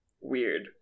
Weird